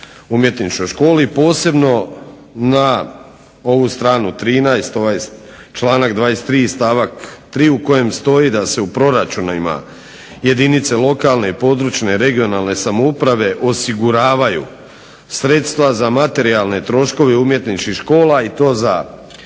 umjetničkoj školi, posebno na ovu stranu 13, ovaj članak 23. stavak 3. u kojem stoji da se u proračunima jedinice lokalne i područne (regionalne) samouprave osiguravaju sredstva za materijalne troškove umjetničkih škola i to za